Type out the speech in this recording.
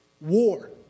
War